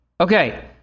Okay